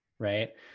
right